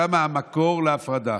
שם המקור להפרדה.